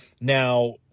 Now